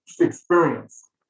experience